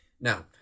Now